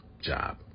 job